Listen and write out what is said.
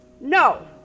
No